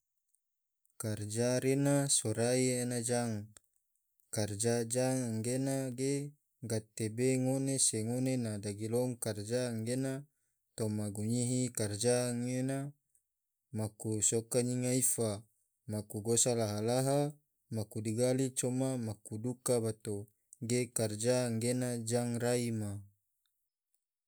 Karja re na sorai ena jang, karja jang gena ge gatebe ngone se ngone na dagilom, karja anggena toma gunyihi karja gena maku soka nyiga ifa, maku gosa laha-laha, maku digali, coma maku duka bato, ge karja anggena jang rai ma.